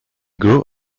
grew